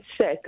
sick